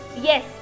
Yes